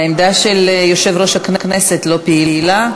העמדה של יושב-ראש הכנסת לא פעילה,